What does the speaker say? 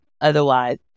Otherwise